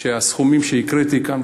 שהסכומים שהקראתי כאן,